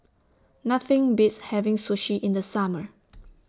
Nothing Beats having Sushi in The Summer